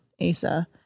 Asa